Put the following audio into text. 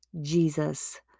Jesus